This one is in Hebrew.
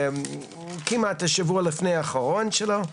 כמעט שבוע לפני האחרון שלו,